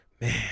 Man